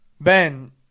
Ben